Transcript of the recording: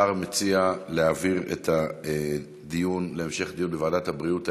השר מציע להעביר את הדיון להמשך דיון בוועדת הבריאות.